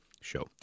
show